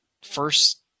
First